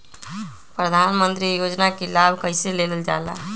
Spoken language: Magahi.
प्रधानमंत्री योजना कि लाभ कइसे लेलजाला?